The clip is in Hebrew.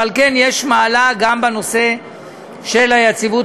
ועל כן יש מעלה גם בנושא של היציבות